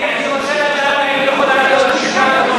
אני מבקש להודיע על ההתנגדות שלי.